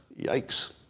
Yikes